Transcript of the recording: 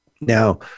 Now